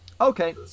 Okay